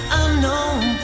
unknown